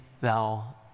thou